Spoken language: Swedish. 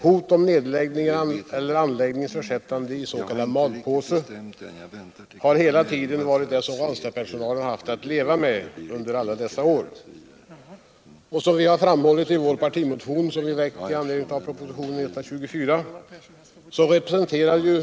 Hot om nedläggning eller placering uv anläggningen i malpåse” har varit det som Ranstadpersonalen haft att leva med under alla dessa år. Som vi framhållit i vår partimotion, som vi väckt med anledning av propositionen 1977/78:124 om lån för forskningsverksamhet i Ranstad.